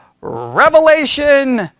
Revelation